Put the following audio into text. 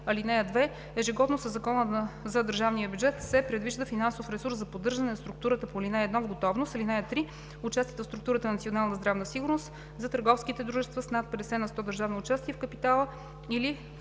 (2) Ежегодно със Закона за държавния бюджет се предвижда финансов ресурс за поддържане на структурата по ал. 1 в готовност. (3) Участието в структурата „Национална здравна сигурност“ за търговските дружества с над 50 на сто държавно участие в капитала или в